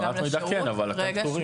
העברת מידע כן, אבל אתם פטורים.